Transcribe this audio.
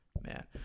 Man